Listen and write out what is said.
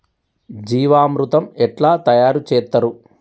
జీవామృతం ఎట్లా తయారు చేత్తరు?